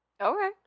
Okay